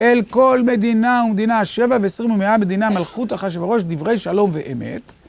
אל כל מדינה ומדינה שבע ועשרים ומאה, מדיני המלכות אחשוורוש, דברי שלום ואמת.